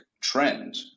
trend